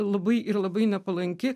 labai ir labai nepalanki